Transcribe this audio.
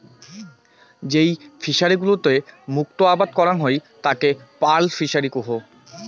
যেই ফিশারি গুলোতে মুক্ত আবাদ করাং হই তাকে পার্ল ফিসারী কুহ